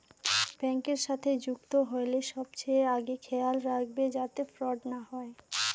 ব্যাঙ্কের সাথে যুক্ত হইলে সবচেয়ে আগে খেয়াল রাখবে যাতে ফ্রড না হয়